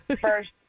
first